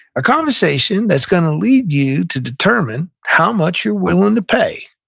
a conversation that's going to lead you to determine how much you're willing to pay.